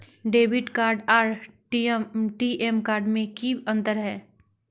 Debit card आर टी.एम card में की अंतर है?